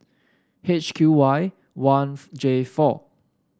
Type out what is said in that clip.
H Q Y one J four